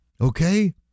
Okay